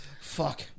Fuck